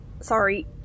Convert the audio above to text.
sorry